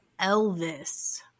Elvis